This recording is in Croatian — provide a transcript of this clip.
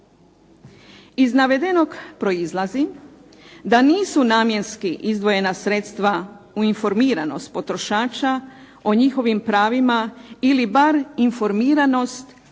Iz navedenog proizlazi, da nisu namjenski izdvojena sredstva u informiranost potrošača, o njihovim pravima ili bar informiranost ili bar